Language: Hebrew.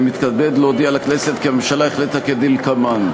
אני מתכבד להודיע לכנסת כי הממשלה החליטה כדלקמן: